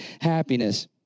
happiness